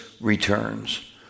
returns